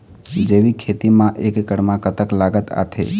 जैविक खेती म एक एकड़ म कतक लागत आथे?